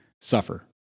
suffer